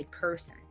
person